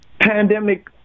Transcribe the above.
pandemic